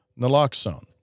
naloxone